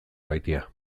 maitea